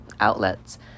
outlets